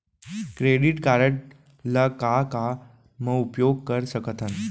Credit card ला का का मा उपयोग कर सकथन?